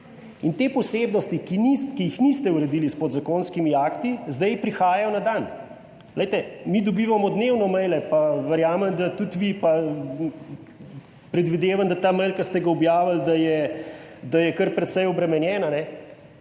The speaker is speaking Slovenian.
in te posebnosti, ki jih niste uredili s podzakonskimi akti, zdaj prihajajo na dan. Glejte, mi dobivamo dnevno maile, pa verjamem, da tudi vi, pa predvidevam, da ta mail, ki ste ga objavili, da je kar precej obremenjen, ko